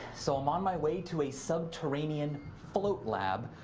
so i'm on my way to a subterranean float lab.